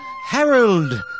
Harold